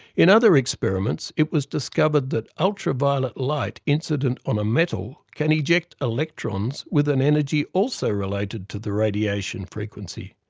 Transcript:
in other experiments, it was discovered that ultraviolet light incident on a metal can eject electrons with an energy also related to the radiation frequency.